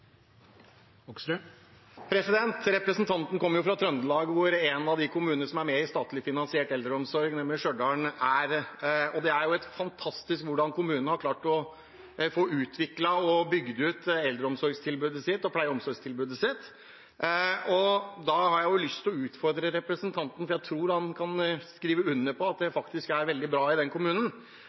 kommunene som er med i statlig finansiert eldreomsorg, nemlig Stjørdal, ligger. Det er fantastisk hvordan kommunene har klart å utvikle og få bygd ut sitt tilbud til eldreomsorg og til pleie- og omsorg. Jeg har lyst til å utfordre representanten – for jeg tror han kan skrive under på at det er veldig bra i den kommunen